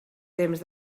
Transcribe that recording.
temps